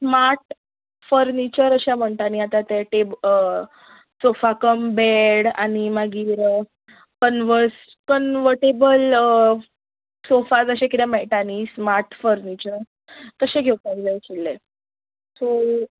smart furniture अशें म्हणटा न्हय आतां ते टेब सोफा कम बेड आनी मागीर कनवर्स्ड कनवर्टेबल सोफाज अशें कितें मेळटात न्हय स्मार्ट फर्निचर तशे घेवपाक जाय आशिल्लें सो